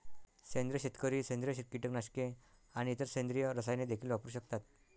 सेंद्रिय शेतकरी सेंद्रिय कीटकनाशके आणि इतर सेंद्रिय रसायने देखील वापरू शकतात